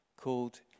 called